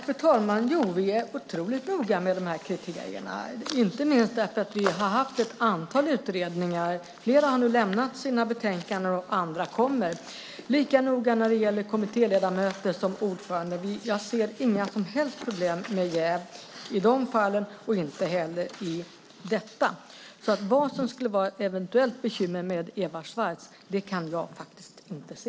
Fru talman! Vi är otroligt noga med de kriterierna, inte minst därför att vi har haft ett antal utredningar. Flera har nu lämnat sina betänkanden och andra kommer. Vi är lika noga när det gäller kommittéledamöter som ordförande. Jag ser inga som helst problem med jäv i de fallen och inte heller i detta. Vad som skulle vara ett eventuellt bekymmer med Eva Swartz kan jag faktiskt inte se.